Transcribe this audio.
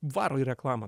varo į reklamą